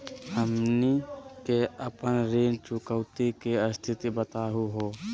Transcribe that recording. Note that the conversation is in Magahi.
हमनी के अपन ऋण चुकौती के स्थिति बताहु हो?